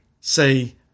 say